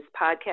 podcast